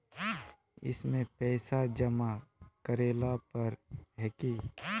इसमें पैसा जमा करेला पर है की?